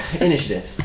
initiative